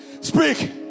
speak